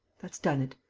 that's done it! oh,